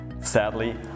Sadly